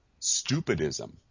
stupidism